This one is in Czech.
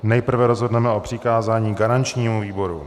Nejprve rozhodneme o přikázání garančnímu výboru.